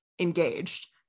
engaged